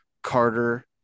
Carter